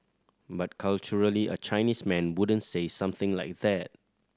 but culturally a Chinese man wouldn't say something like that